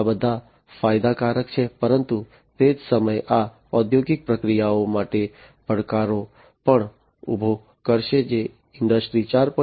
આ બધા ફાયદાકારક છે પરંતુ તે જ સમયે આ ઔદ્યોગિક પ્રક્રિયાઓ માટે પડકારો પણ ઉભો કરશે જે ઇન્ડસ્ટ્રી 4